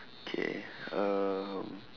okay um